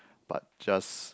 but just